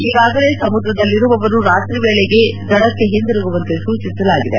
ಈಗಾಗಲೇ ಸಮುದ್ರದಲ್ಲಿರುವವರು ರಾತ್ರಿ ವೇಳೆಗೆ ದಡಕ್ಕೆ ಹಿಂದಿರುಗುವಂತೆ ಸೂಚಿಸಲಾಗಿದೆ